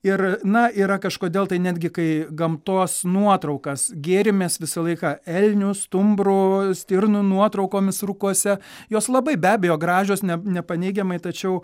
ir na yra kažkodėl tai netgi kai gamtos nuotraukas gėrimės visą laiką elnių stumbrų stirnų nuotraukomis rūkuose jos labai be abejo gražios ne nepaneigiamai tačiau